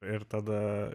ir tada